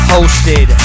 Hosted